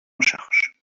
charge